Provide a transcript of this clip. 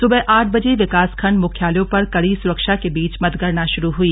सुबह आठे बजे विकासखण्ड मुख्यालयों पर कड़ी सुरक्षा के बीच मतगणना शुरू हुई